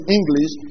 English